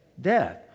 death